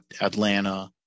Atlanta